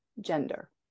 gender